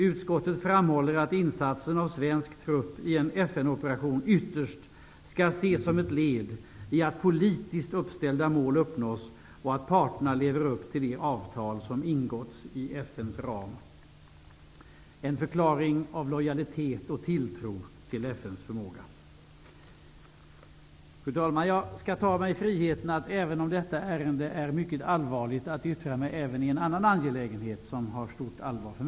Utskottet framhåller att insatsen av svensk trupp i en FN-operation ytterst skall ses som ett led i att politiskt uppställda mål uppnås och att parterna lever upp till de avtal som ingåtts inom FN:s ram.'' Detta är en förklaring av vår lojalitet och tilltro till FN:s förmåga. Fru talman! Jag skall ta mig friheten att yttra mig i en annan angelägenhet som är av stor betydelse för mig, även om detta ärende är mycket allvarligt.